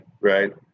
right